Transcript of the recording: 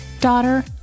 daughter